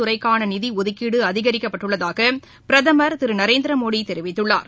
துறைக்கானநிதிஒதுக்கீடுஅதிகரிக்கப்பட்டுள்ளதாகபிரதமர் திருநரேந்திரமோடிதெரிவித்துள்ளார்